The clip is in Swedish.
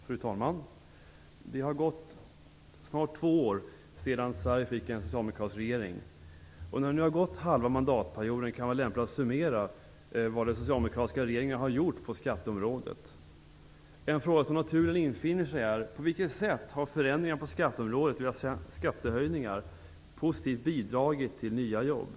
Fru talman! Det har snart gått två år sedan Sverige fick en socialdemokratisk regering. När nu halva mandatperioden har gått kan det vara lämpligt att summera vad de socialdemokratiska regeringarna har gjort på skatteområdet. En fråga som naturligen infinner sig är på vilket sätt förändringar på skatteområdet, dvs. skattehöjningar, positivt har bidragit till nya jobb.